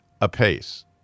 apace